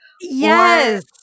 Yes